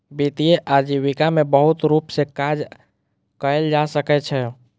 वित्तीय आजीविका में बहुत रूप सॅ काज कयल जा सकै छै